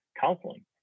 counseling